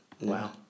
Wow